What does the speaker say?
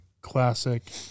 classic